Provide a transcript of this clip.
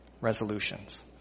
resolutions